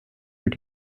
your